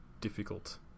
difficult